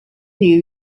new